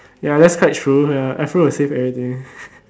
ya that's quite true ya afro will save everything